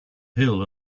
hill